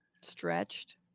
stretched